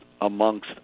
amongst